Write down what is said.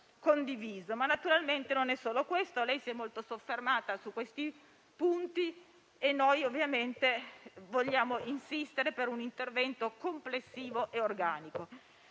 Naturalmente non è solo questo. Lei si è molto soffermata su questi punti e noi ovviamente vogliamo insistere per un intervento complessivo e organico.